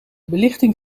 belichting